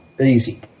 easy